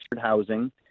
housing